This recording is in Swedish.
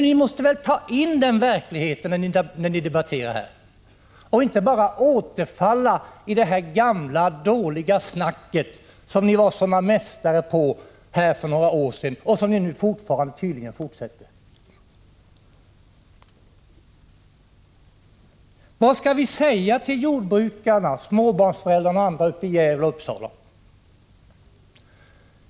Ni måste ta till er denna verklighet när ni debatterar och inte bara återfalla till det gamla dåliga talet som ni var sådana mästare på för några år sedan. Ni fortsätter tydligen med detta. Vad skall vi säga till jordbrukarna, till småbarnsföräldrarna och till alla andra uppe i Gävle och Uppsala?